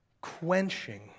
quenching